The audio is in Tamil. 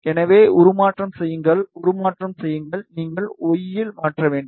எனவே உருமாற்றம் செய்யுங்கள் உருமாற்றம் செய்யுங்கள் நீங்கள் y இல் மாற்ற வேண்டும்